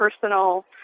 personal